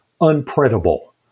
unprintable